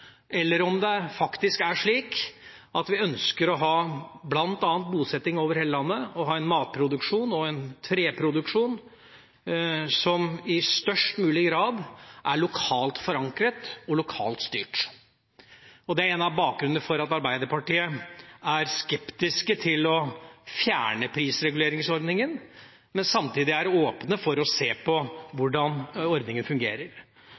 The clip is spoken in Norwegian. det faktisk slik at vi ønsker å ha bosetting over hele landet og ha en matproduksjon og en treproduksjon som i størst mulig grad er lokalt forankret og lokalt styrt? Det er noe av bakgrunnen for at Arbeiderpartiet er skeptisk til å fjerne prisreguleringsordninga, men samtidig er åpen for å se på hvordan ordninga fungerer.